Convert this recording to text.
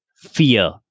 fear